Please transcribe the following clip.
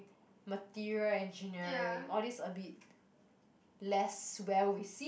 material engineering all these a bit less well received